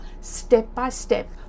step-by-step